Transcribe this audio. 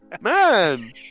Man